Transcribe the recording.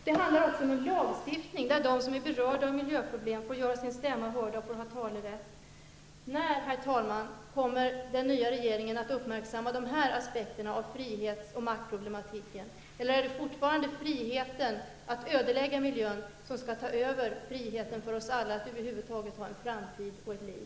Det handlar också om en lagstiftning där de som är berörda av miljöproblem får göra sin stämma hörd och ha talerätt. När, herr talman, kommer den nya regeringen att uppmärksamma de här aspekterna av frihets och maktproblematiken? Är det fortfarande friheten att ödelägga miljön som skall ta över friheten för oss alla att över huvud taget ha en framtid och ett liv?